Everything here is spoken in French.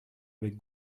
avec